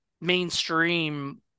mainstream